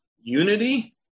unity